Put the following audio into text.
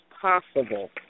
possible